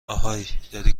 اهای، داری